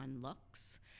looks